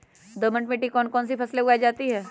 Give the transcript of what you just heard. दोमट मिट्टी कौन कौन सी फसलें उगाई जाती है?